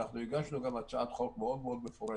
אנחנו גם הגשנו הצעת חוק מאוד מאוד מפורטת,